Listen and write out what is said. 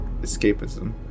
escapism